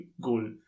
goal